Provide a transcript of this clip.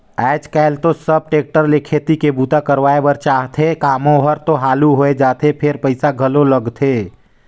आयज कायल तो सब टेक्टर ले खेती के बूता करवाए बर चाहथे, कामो हर तो हालु होय जाथे फेर पइसा घलो लगथे